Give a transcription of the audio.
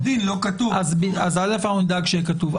אז נדאג שיהיה כתוב.